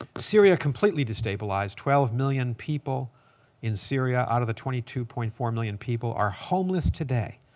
ah syria completely destabilized. twelve million people in syria out of the twenty two point four million people are homeless today.